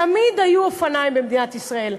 תמיד היו אופניים במדינת ישראל,